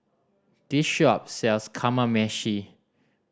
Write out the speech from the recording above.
this shop sells Kamameshi